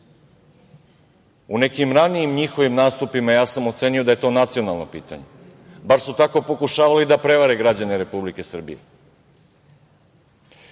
U nekim ranijim njihovim nastupima ja sam ocenio da je to nacionalno pitanje, bar su tako pokušavali da prevare građane Republike Srbije. Zatim,